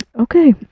okay